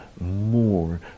more